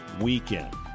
weekend